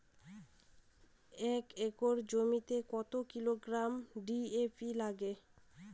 এক একর জমিতে কত কিলোগ্রাম ডি.এ.পি লাগে?